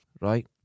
Right